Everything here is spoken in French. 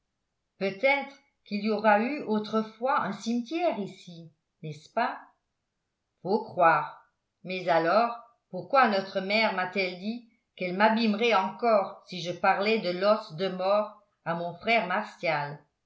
peut-être qu'il y aura eu autrefois un cimetière ici n'est-ce pas faut croire mais alors pourquoi notre mère m'a-t-elle dit qu'elle m'abîmerait encore si je parlais de l'os de mort à mon frère